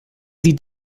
sieht